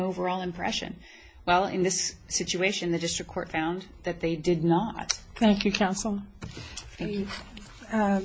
overall impression well in this situation the district court found that they did not thank you counsel